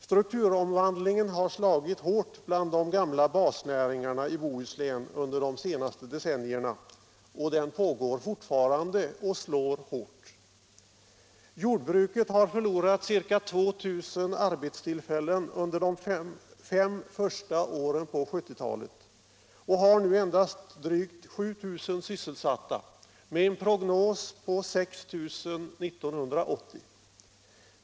Strukturomvandlingen har slagit hårt bland de gamla basnäringarna i Bohuslän under de senaste decennierna, och den pågår fortfarande och slår hårt. Jordbruket har förlorat ca 2 000 arbetstillfällen under de fem första åren på 1970-talet och har nu endast drygt 7 000 sysselsatta med en prognos på 6 000 år 1980.